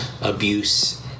abuse